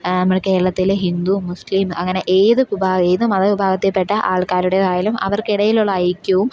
നമ്മുടെ കേരളത്തിലെ ഹിന്ദു മുസ്ലിം അങ്ങനെ ഏത് വിഭാഗ ഏത് മതവിഭാഗത്തിൽപ്പെട്ട ആൾക്കാരുടേതായാലും അവർക്കിടയിലുള്ള ഐക്യവും